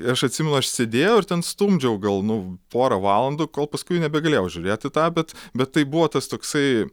aš atsimenu aš sėdėjau ir ten stumdžiau gal nu porą valandų kol paskui nebegalėjau žiūrėt į tą bet bet tai buvo tas toksai